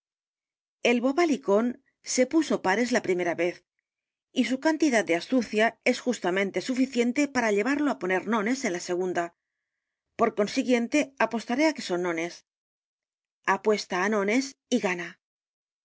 el bobalicón se puso pares la primera vez y su cantidad de astucia es justamente suficiente para llevarlo á poner nones en la s e g u n d a por consiguiente apostaré á que son nones apuesta á nones y gana